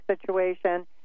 situation